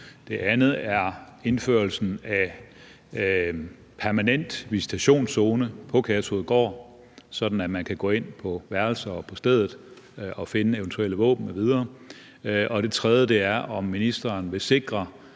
den anden er indførelse af en permanent visitationszone på Kærshovedgård, sådan at man kan gå ind på værelser og på stedet og finde eventuelle våben m.v., og den tredje er, om ministeren vil sikre,